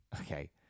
Okay